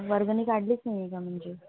वर्गणी काढलीच नाही आहे का म्हणजे